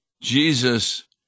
Jesus